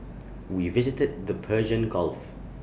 we visited the Persian gulf